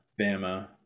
Bama